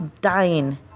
Dying